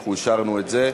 אנחנו אישרנו את זה.